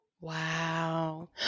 Wow